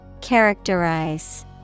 Characterize